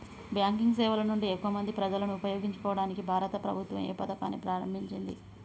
Banking సేవల నుండి ఎక్కువ మంది ప్రజలను ఉపయోగించుకోవడానికి భారత ప్రభుత్వం ఏ పథకాన్ని ప్రారంభించింది?